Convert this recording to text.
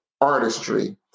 artistry